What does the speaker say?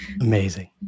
Amazing